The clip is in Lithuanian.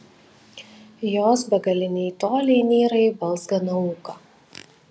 jos begaliniai toliai nyra į balzganą ūką